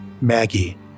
Maggie